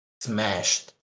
smashed